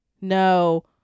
No